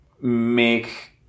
make